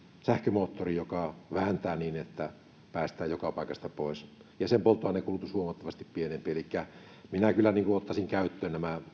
sähkömoottori joka vääntää niin että päästään joka paikasta pois ja sen polttoaineen kulutus on huomattavasti pienempi elikkä minä kyllä ottaisin käyttöön nämä